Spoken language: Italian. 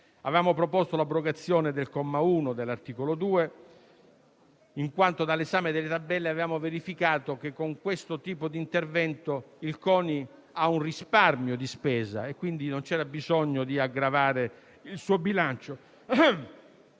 Avevamo proposto l'abrogazione del comma 1 dell'articolo 2, in quanto dall'esame delle tabelle avevamo verificato che con questo tipo di intervento il CONI ha un risparmio di spesa e quindi non c'era bisogno di aggravare il suo bilancio;